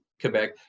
Quebec